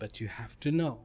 but you have to know